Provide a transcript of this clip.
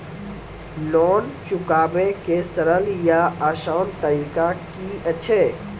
Loan चुकाबै के सरल या आसान तरीका की अछि?